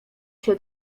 się